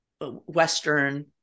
Western